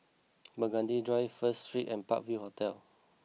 Burgundy Drive First Street and Park View Hotel